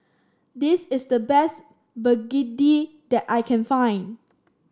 this is the best begedil that I can find